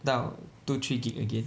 到 two three gig again